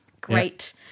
Great